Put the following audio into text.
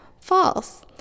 false